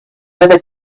other